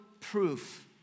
proof